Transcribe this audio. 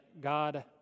God